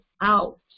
out